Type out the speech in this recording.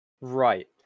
right